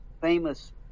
famous